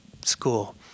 school